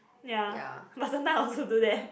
ya but sometime I also do that